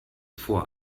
vor